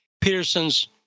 Peterson's